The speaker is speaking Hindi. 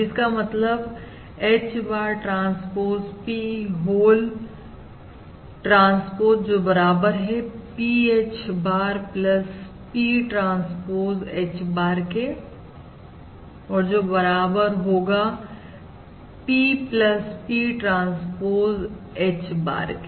जिसका मतलब H bar transpose P whole transpose जो बराबर है P H bar P transpose H bar के और जो कि बराबर होगा P P transpose H bar के